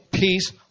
peace